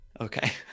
Okay